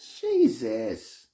Jesus